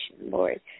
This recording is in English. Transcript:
Lord